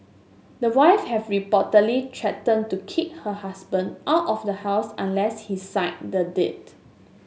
the wife had reportedly threatened to kick her husband out of the house unless he signed the deed